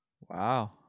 Wow